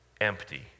empty